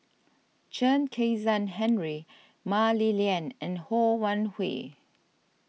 Chen Kezhan Henri Mah Li Lian and Ho Wan Hui